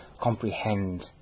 comprehend